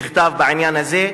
מכתב בעניין הזה,